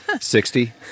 Sixty